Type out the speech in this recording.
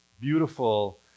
beautiful